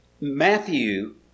Matthew